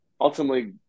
ultimately